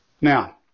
Now